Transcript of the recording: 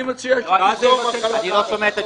אני מציע שתיזום --- אני לא שומע את התשובה.